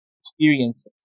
experiences